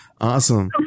Awesome